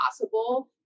possible